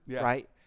right